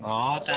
ହଁ ତାଙ୍କେ ତ